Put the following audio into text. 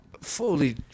fully